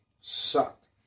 sucked